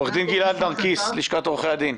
עורך דין גלעד נרקיס, לשכת עורכי הדין.